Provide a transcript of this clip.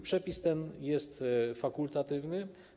Przepis ten jest fakultatywny.